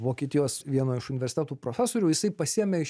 vokietijos vieno iš universitetų profesorių jisai pasiėmė iš